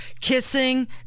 kissing